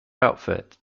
outfit